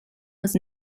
was